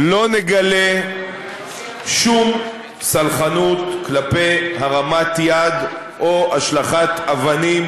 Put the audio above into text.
לא נגלה שום סלחנות כלפי הרמת יד או השלכת אבנים